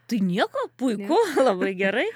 tai nieko puiku labai gerai